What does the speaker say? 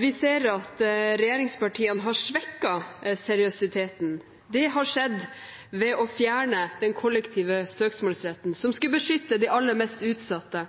vi ser at regjeringspartiene har svekket seriøsiteten. Det har skjedd ved å fjerne den kollektive søksmålsretten, som skulle beskytte de aller mest utsatte.